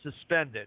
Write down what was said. suspended